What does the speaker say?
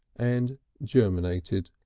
and germinated.